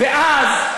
ואז,